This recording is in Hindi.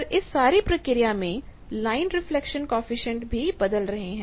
पर इस सारी प्रक्रिया में लाइन रिफ्लेक्शन कॉएफिशिएंट भी बदल रहे हैं